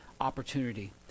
opportunity